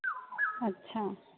अच्छा